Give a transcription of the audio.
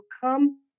come